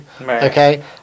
Okay